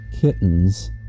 kittens